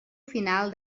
final